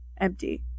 empty